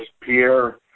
Pierre